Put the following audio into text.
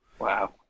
Wow